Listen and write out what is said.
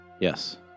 Yes